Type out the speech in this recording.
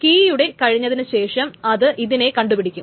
കീയുടെ കഴിഞ്ഞതിനു ശേഷം അത് ഇതിനെ കണ്ടു പിടിക്കും